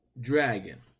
Dragon